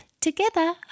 together